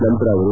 ನಂತರ ಅವರು